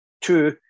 two